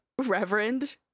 Reverend